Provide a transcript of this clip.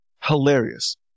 Hilarious